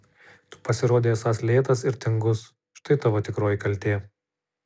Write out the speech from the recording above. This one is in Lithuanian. tu pasirodei esąs lėtas ir tingus štai tavo tikroji kaltė